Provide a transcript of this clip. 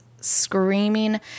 screaming